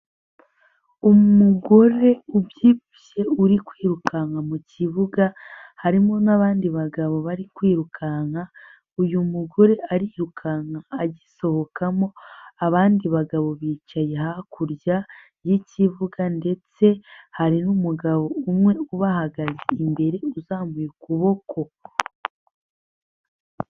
Umugore ubyibushye uri kwirukanka mu kibuga harimo n'abandi bagabo bari kwirukanka, uyu mugore arirukanka agisohokamo, abandi bagabo bicaye hakurya y'ikibuga ndetse hari n'umugabo umwe ubahagaze imbere uzamuye ukuboko.